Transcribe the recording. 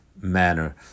manner